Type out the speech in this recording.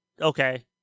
Okay